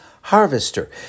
harvester